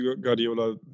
Guardiola